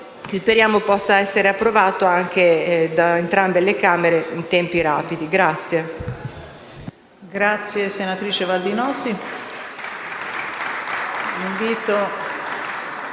speriamo possa essere approvato da entrambe le Camere in tempi rapidi.